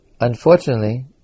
Unfortunately